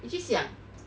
你去想